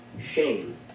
shame